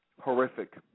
horrific